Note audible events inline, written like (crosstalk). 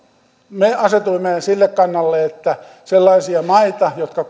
me asetuimme sille kannalle että sellaisia maita jotka (unintelligible)